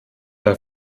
der